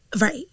Right